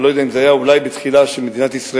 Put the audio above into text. אני לא יודע אם זה היה בהתחלה של מדינת ישראל,